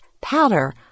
powder